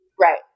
Right